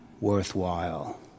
worthwhile